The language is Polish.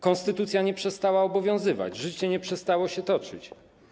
Konstytucja nie przestała obowiązywać, życie nie przestało się toczyć.